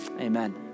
amen